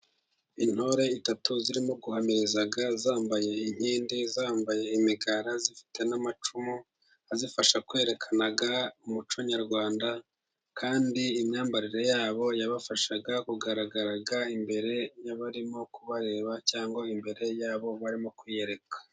Intore eshatu zirimo guhamiriza zambaye inkindi, zambaye imigara zifite n'amacumu azifasha kwerekana umuco nyarwanda kandi imyambarire yabo yabafashaga kugaragara imbere y'abarimo kubareba cyangwa imbere yabo barimo kwiyereka.